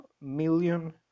million